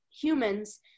humans